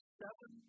seven